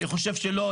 אני חושב שלא,